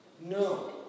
No